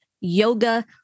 yoga